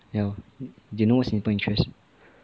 ya do you know what's simple interest